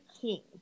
king